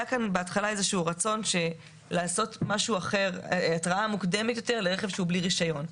היה כאן בהתחלה רצון לעשות התראה מוקדמת יותר לרכב שהוא בלי רישיון.